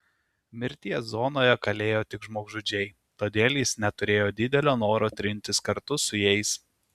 mirties zonoje kalėjo tik žmogžudžiai todėl jis neturėjo didelio noro trintis kartu su jais